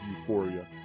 euphoria